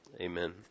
amen